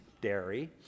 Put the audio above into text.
dairy